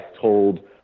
told